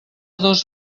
dos